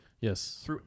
Yes